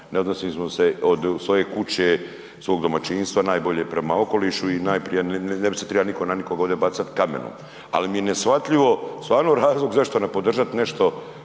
ne odnosimo smo se od svoje kuće, svog domaćinstva najbolje prema okolišu i najprije ne bi se trebao niko na nikog ovdje bacat kamenom ali mi je neshvatljivo, stvarno razlog zašto ne podržat nešto